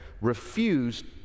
refused